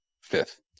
Fifth